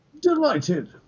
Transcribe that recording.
Delighted